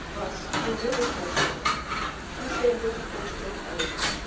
boss, your will is my command. if you say i'll go to portugal, i will go.